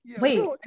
Wait